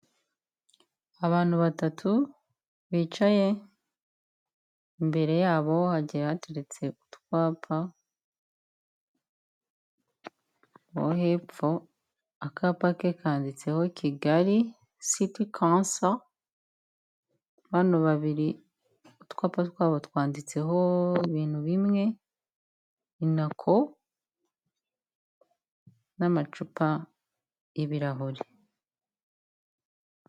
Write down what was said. Abantu batatu bicaye, imbere yabo hagiye hateretse utwapa, uwo hepfo akapa ke kanditseho kigali siti kansa bano babiri utwapa twabo twanditseho ibintu bimwe inako n'amacupa ibirahuri.